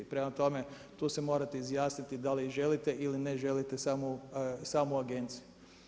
Prema tome, tu se morate izjasniti da li želite ili ne želite samu Agenciju.